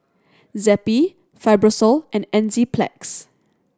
Zappy Fibrosol and Enzyplex